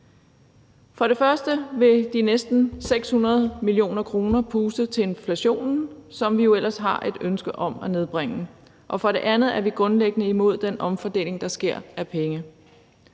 For det første vil de næsten 600 mio. kr. puste til inflationen, som vi jo ellers har et ønske om at nedbringe, og for det andet er vi grundlæggende imod den omfordeling, der sker af penge.